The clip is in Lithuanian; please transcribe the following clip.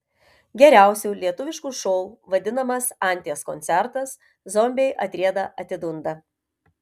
geriausiu lietuvišku šou vadinamas anties koncertas zombiai atrieda atidunda